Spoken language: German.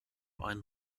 einen